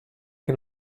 che